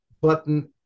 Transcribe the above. button